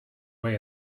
way